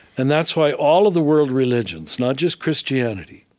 and that's why all of the world religions, not just christianity,